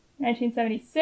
1976